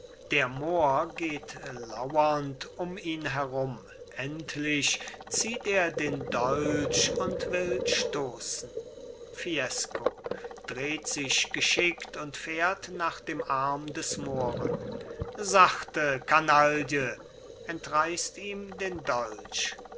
der mohr geht laurend um ihn herum endlich zieht er den dolch und will stoßen fiesco dreht sich geschickt und fährt nach dem arm des mohren sachte kanaille entreißt ihm den dolch